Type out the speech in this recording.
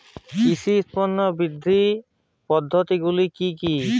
কৃষির উৎপাদন বৃদ্ধির পদ্ধতিগুলি কী কী?